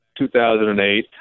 2008